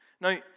Now